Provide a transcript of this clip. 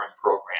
program